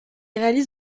réalise